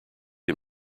him